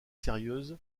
sérieuse